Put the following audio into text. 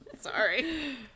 Sorry